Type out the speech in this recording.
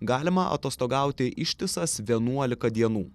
galima atostogauti ištisas vienuolika dienų